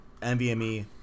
NVMe